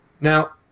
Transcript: Now